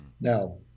Now